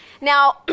Now